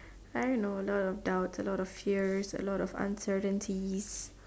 I don't know a lot of doubts a lot of fear a lot of uncertainty